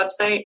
website